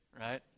Right